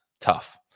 Tough